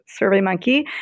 SurveyMonkey